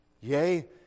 Yea